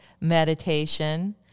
meditation